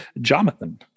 jonathan